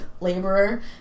laborer